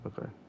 Okay